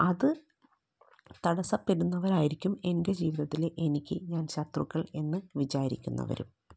അത് തടസപ്പെടുന്നവരായിരിക്കും എൻ്റെ ജീവിതത്തിലെ എനിക്ക് ഞാൻ ശത്രുക്കൾ എന്ന് വിചാരിക്കുന്നവരും